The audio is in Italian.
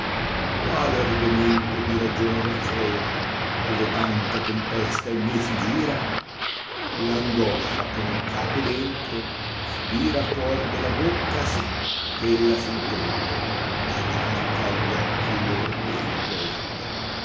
quale argomento di ragion raffrena ove tanta tcmpesla in me si gira l angoscia che non cape dentro spira fuor della bocca sì ch'ella s'intende ed anche agli occhi lor merito rende